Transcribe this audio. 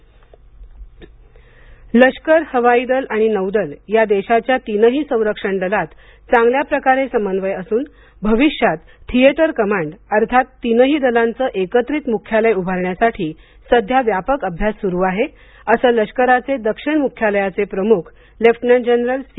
theatre command लष्कर हवाईदल आणि नौदल या देशाच्या तीनही संरक्षण दलांत चांगल्याप्रकारे समन्वय असून भविष्यात थिएटर कमांड अर्थात् तीनही दलांचं एकत्रित मुख्यालय उभारण्यासाठी सध्या व्यापक अभ्यास सुरु आहे असं लष्कराचे दक्षिण मुख्यालयाचे प्रमुख लेफ्टनंट जनरल सी